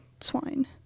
swine